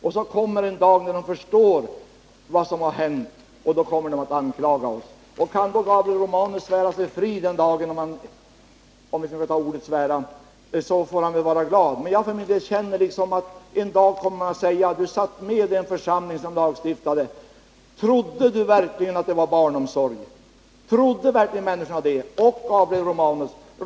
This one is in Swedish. Sedan kommer det en dag när de förstår vad som har hänt, och då kommer de att anklaga OSS. Kan Gabriel Romanus svära sig fri den dagen — om jag får använda ordet svära här — så får han väl vara glad. Men jag för min del känner att man en dag kommer att säga: Du satt med i den församling som lagstiftade. Trodde du verkligen att det var barnomsorg? Trodde verkligen människorna det?